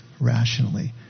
rationally